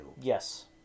Yes